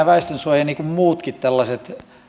väestönsuoja niin kuin muitakin tällaisia